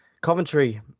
Coventry